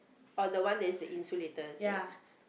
oh the one that is an insulator is it